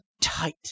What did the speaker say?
tight